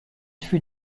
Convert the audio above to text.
fut